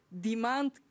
demand